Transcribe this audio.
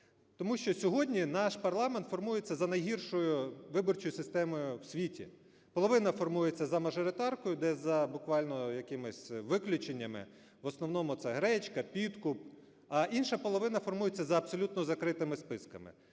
Тому що сьогодні наш парламент формується за найгіршою виборчою системою в світі: половина формується за мажоритаркою, де, за буквально якимись виключеннями, в основному це гречка, підкуп, а інша половина формується за абсолютно закритими списками.